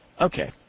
Okay